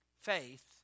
faith